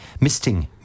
misting